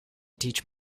teach